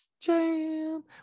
jam